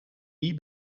die